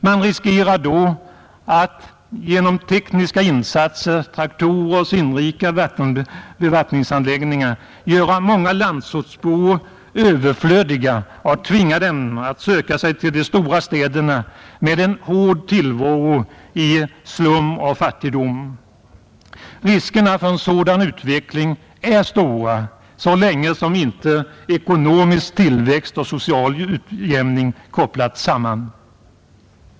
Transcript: Man riskerar då genom tekniska insatser — traktorer och sinnrika bevattningsanläggningar — göra många landsortsbor överflödiga och tvinga dem att söka sig till de stora städerna med en hård tillvaro i slum och fattigdom. Riskerna för en sådan utveckling är stora så länge inte ekonomisk tillväxt och social utjämning kopplats samman.